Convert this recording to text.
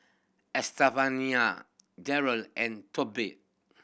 Estefania Jerel and